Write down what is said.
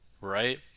right